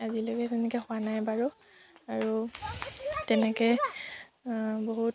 আজিলৈকে তেনেকৈ হোৱা নাই বাৰু আৰু তেনেকৈ বহুত